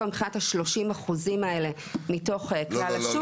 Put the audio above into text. מבחינת ה-30 אחוזים האלה מתוך קהל השוק